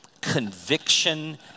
conviction